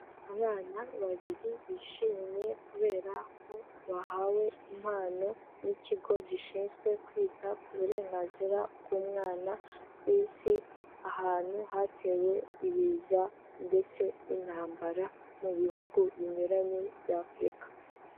Abana babiri bishimye kubera ko bahawe impano n'ikigo gishinzwe kwita ku burenganzira bw'umwana ku Isi, ahantu hatewe ibiza ndetse n'intambara mu bihugu binyuranye bya Afurika.